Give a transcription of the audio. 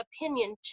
opinion